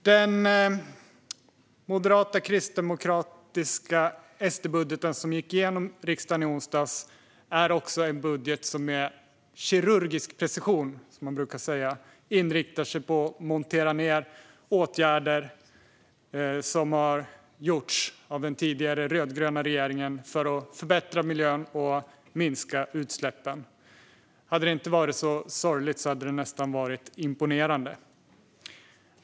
Den moderata, kristdemokratiska och sverigedemokratiska budget som gick igenom riksdagen i onsdags är också en budget som med kirurgisk precision, som man brukar säga, inriktar sig på att montera ned åtgärder som har vidtagits av den tidigare rödgröna regeringen för att förbättra miljön och minska utsläppen. Hade detta inte varit så sorgligt hade det nästan varit imponerande.